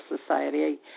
society